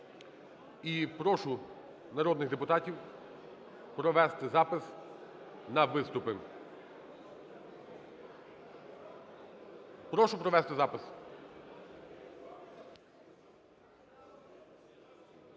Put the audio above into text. І прошу народних депутатів провести запис на виступи. Прошу провести запис.